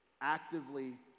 Actively